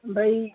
ओमफ्राय